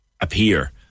appear